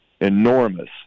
Enormous